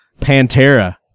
pantera